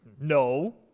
no